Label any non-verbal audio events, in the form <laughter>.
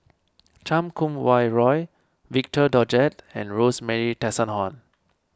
Chan Kum Wah Roy Victor Doggett and Rosemary <unintelligible>